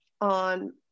on